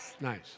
Nice